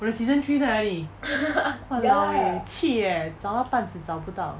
我的 season three 在哪里 !walao! eh 气 eh 找到半死找不到